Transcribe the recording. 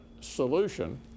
Solution